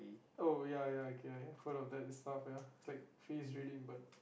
oh ya ya okay full of that stuff ya it's like face reading but